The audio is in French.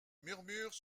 murmures